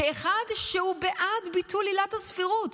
כאחד שהוא בעד ביטול עילת הסבירות.